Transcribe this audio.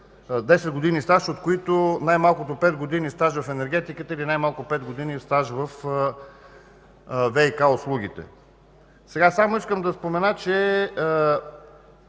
години стаж, от които най-малко по пет години стаж в енергетиката или най-малко пет години стаж във ВиК услугите. Искам да спомена, че